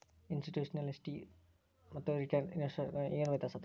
ಇನ್ಸ್ಟಿಟ್ಯೂಷ್ನಲಿನ್ವೆಸ್ಟರ್ಸ್ಗು ಮತ್ತ ರಿಟೇಲ್ ಇನ್ವೆಸ್ಟರ್ಸ್ಗು ಏನ್ ವ್ಯತ್ಯಾಸದ?